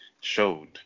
showed